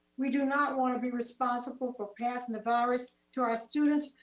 we do not wanna be responsible for passing the virus to our students,